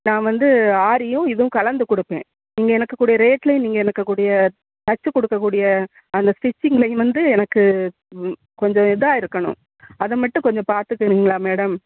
நான் வந்து ஆரியும் இதுவும் கலந்து கொடுப்பேன் நீங்கள் எனக்கு கூட ரேட்டில் நீங்கள் எனக்கு கூடிய தச்சு கொடுக்கக்கூடிய அந்த ஸ்டிச்சிங்லையும் வந்து எனக்கு கொஞ்சம் இதாக இருக்கணும் அதை மட்டும் கொஞ்சம் பார்த்து தரீங்களா மேடம்